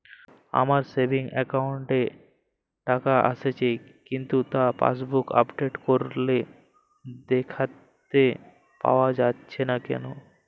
আমার savings account এ টাকা আসছে কিন্তু তা পাসবুক আপডেট করলে দেখতে পাওয়া যাচ্ছে না কেন?